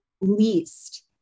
least